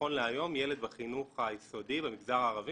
נכון להיום ילד בחינוך היסודי במגזר הערבי